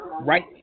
right